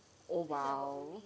oh !wow!